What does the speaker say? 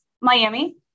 Miami